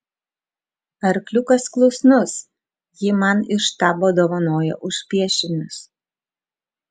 arkliukas klusnus jį man iš štabo dovanojo už piešinius